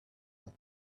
that